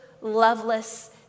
loveless